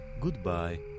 Goodbye